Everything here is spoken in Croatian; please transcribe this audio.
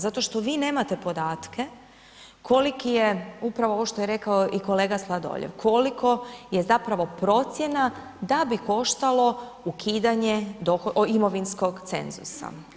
Zato što vi nemate podatke koliki je upravo, ovo što je rekao i kolega Sladoljev, koliko je zapravo procjena da i koštalo ukidanje imovinskog cenzusa.